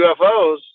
UFOs